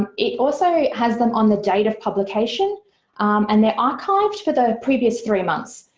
um it also has them on the date of publication and they're archived for the previous three months.